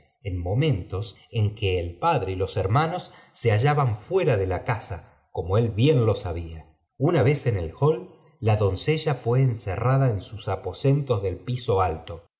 en momentos en que el padre y los hermanos se hachaban fuera de la casa como ól bien lo sabía una vez en el hall la doncella fué encerrada en un aposento de i piso alto